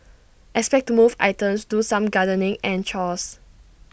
expect to move items do some gardening and chores